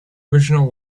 original